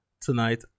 tonight